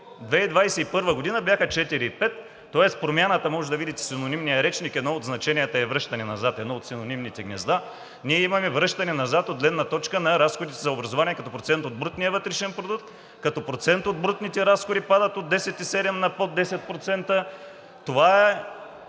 2021 г. бяха 4,5%, тоест промяната, можете да видите в синонимния речник, едно от значенията е „връщане назад“. Едно от синонимните гнезда. Ние имаме връщане назад от гледна точка на разходите за образование като процент от брутния вътрешен продукт, като процент от брутните разходи падат от 10,7% на под 10%. То няма